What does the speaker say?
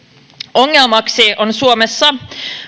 ongelmaksi on suomessa